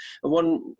one